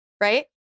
right